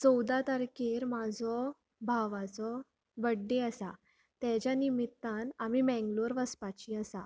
चवदा तारकेर म्हाजो भावाचो बड्डे आसा तेज्या निमतान आमी मेंगलोर वचपाची आसा